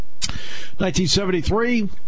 1973